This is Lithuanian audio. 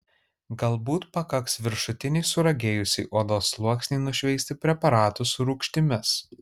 galbūt pakaks viršutinį suragėjusį odos sluoksnį nušveisti preparatu su rūgštimis